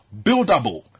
buildable